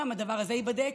גם הדבר הזה ייבדק.